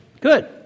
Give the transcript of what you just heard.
Good